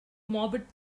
morbid